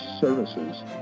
services